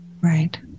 Right